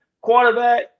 quarterback